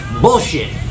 Bullshit